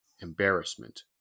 Embarrassment